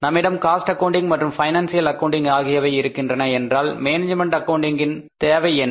நம்மிடம் cost accounting மற்றும் financial accounting ஆகியவை இருக்கின்றன என்றால் மேனேஜ்மென்ட் அக்கவுண்டிங் என்பதன் தேவை என்ன